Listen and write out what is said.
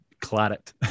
claret